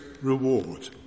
reward